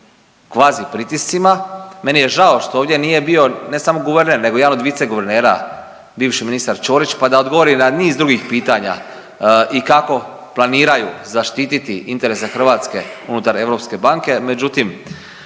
kvazi pritiscima. Meni je žao što ovdje nije bio ne samo guverner nego jedan od vice guvernera bivši ministar Ćorić pa da odgovori na niz drugih pitanja i kako planiraju zaštiti interese Hrvatske unutar Europske banke,